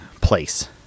place